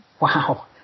Wow